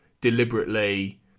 deliberately